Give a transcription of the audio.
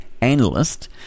analyst